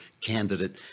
candidate